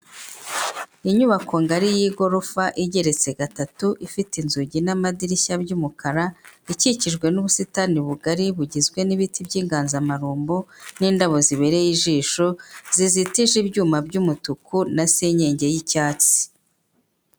Inyubako ngari y'igorofa igeretse gatatu ifite inzugi n'amadirishya by'umukara, ikikijwe n'ubusitani bugari bugizwe n'ibiti by'inganzamarumbo n'indabo zibereye ijisho zizitije ibyuma by'umutuku na senyenge y'icyatsi.